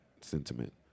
sentiment